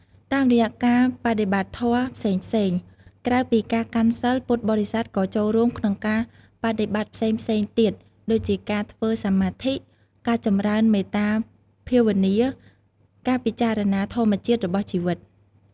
តាមរយៈការបដិបត្តិធម៌ផ្សេងៗ ក្រៅពីការកាន់សីល ពុទ្ធបរិស័ទក៏ចូលរួមក្នុងការបដិបត្តិធម៌ផ្សេងៗទៀត ដូចជាការធ្វើសមាធិ ការចម្រើនមេត្តាភាវនា ការពិចារណាធម្មជាតិរបស់ជីវិត ។